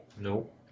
Nope